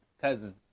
Cousins